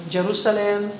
Jerusalem